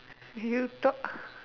you talk